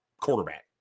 quarterback